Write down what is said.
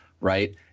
Right